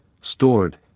stored